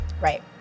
Right